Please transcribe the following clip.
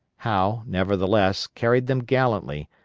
howe, nevertheless, carried them gallantly,